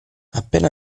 appena